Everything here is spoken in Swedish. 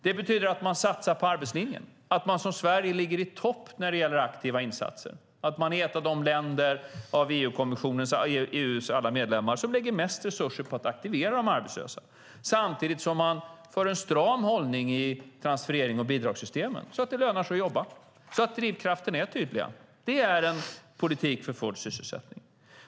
Det betyder att man satsar på arbetslinjen och att man som Sverige ligger i topp när det gäller aktiva insatser, att man är ett av de länder av EU:s alla medlemmar som lägger mest resurser på att aktivera de arbetslösa samtidigt som man har en stram hållning i transfererings och bidragssystemen så att det lönar sig att jobba, så att drivkrafterna är tydliga. Det är en politik för full sysselsättning.